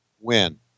win